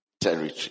territory